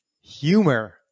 humor